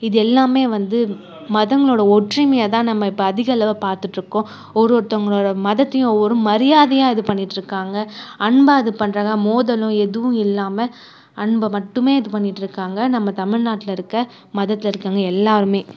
இது எல்லாமே வந்து மதங்களோடய ஒற்றுமையை தான் நம்ம இப்போ அதிக அளவு பார்த்துட்டு இருக்கோம் ஒருவொருத்தவங்களோடய மதத்தையும் ஒரு மரியாதையாக இது பண்ணிகிட்டு இருக்காங்க அன்பாக இது பண்ணுறாங்க மோதலும் எதுவும் இல்லாமல் அன்பை மட்டுமே இது பண்ணிகிட்டு இருக்காங்க நம்ம தமிழ்நாட்டில் இருக்கற மதத்தில் இருக்கவங்க எல்லோருமே